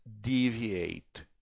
deviate